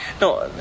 No